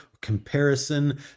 comparison